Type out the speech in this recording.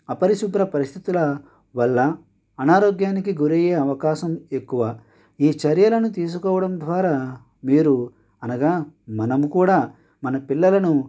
అపరిశుభ్ర పరిస్థితుల వల్ల అనారోగ్యానికి గురయ్యే అవకాశం ఎక్కువ ఈ చర్యలను తీసుకోవడం ద్వారా మీరు అనగా మనం కూడా మన పిల్లలను